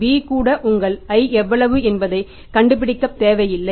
b கூட உங்கள் i எவ்வளவு என்பதைக் கண்டுபிடிக்க தேவையில்லை